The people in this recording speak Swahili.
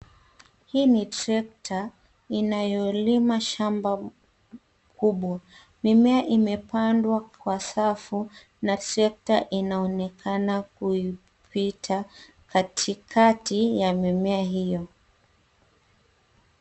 Hii ni trekta inayolima shamba kubwa. Mimea imepandwa kwa safu na trekta inaonekana kuipita katikati ya mimea hiyo.